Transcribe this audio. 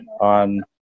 on